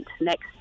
next